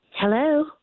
Hello